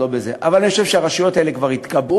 אבל אני חושב שהרשויות האלה כבר התקבעו